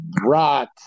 Rot